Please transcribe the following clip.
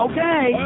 Okay